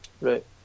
Right